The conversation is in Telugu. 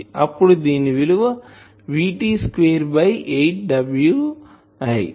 అప్పుడు దీని విలువ VT స్క్వేర్ బై 8 Wi